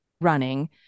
running